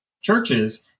churches